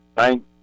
Thank